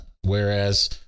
Whereas